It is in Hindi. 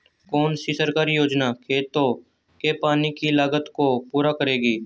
कौन सी सरकारी योजना खेतों के पानी की लागत को पूरा करेगी?